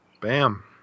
Bam